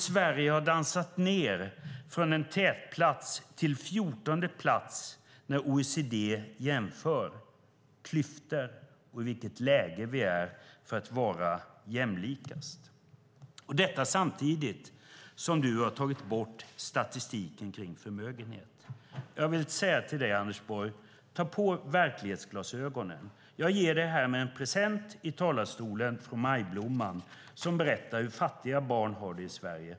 Sverige har dansat ned från en tätplats till plats 14 i OECD:s jämförelse av klyftorna och av jämlikheten. Det sker samtidigt som du har tagit bort statistiken gällande förmögenhet. Jag vill säga till dig, Anders Borg: Ta på dig verklighetsglasögonen. Jag ger dig härmed en present från Majblomman, som berättar hur fattiga barn har det i Sverige.